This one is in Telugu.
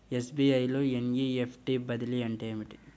ఎస్.బీ.ఐ లో ఎన్.ఈ.ఎఫ్.టీ బదిలీ అంటే ఏమిటి?